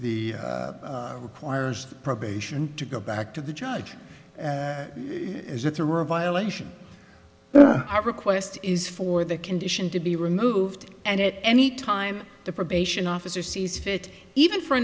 the requires probation to go back to the judge is that there were a violation request is for the condition to be removed and it any time the probation officer sees fit even for a